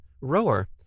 rower